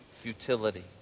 futility